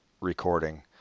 recording